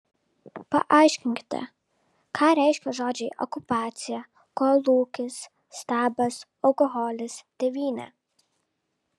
paaiškinkite ką reiškia žodžiai okupacija kolūkis stabas alkoholis tėvynė